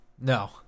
No